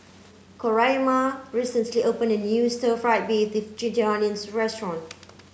Coraima recently opened a new stir fried beef this ginger onions restaurant